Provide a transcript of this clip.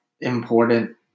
important